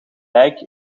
lijk